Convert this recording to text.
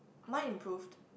mine improved